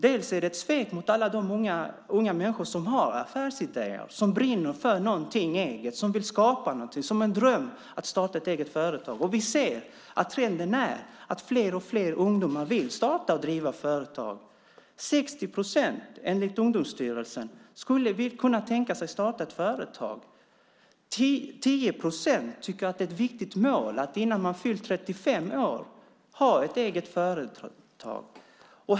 Det är ett svek mot alla de unga människor som har affärsidéer, som brinner för något eget, som vill skapa något, som har en dröm om att starta ett eget företag. Trenden är ju att fler och fler ungdomar vill starta och driva företag. Enligt Ungdomsstyrelsen skulle 60 procent kunna tänka sig att starta företag. 10 procent tycker att det är ett viktigt mål att man innan man fyllt 35 år har ett eget företag.